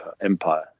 Empire